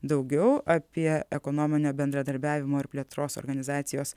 daugiau apie ekonominio bendradarbiavimo ir plėtros organizacijos